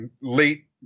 Late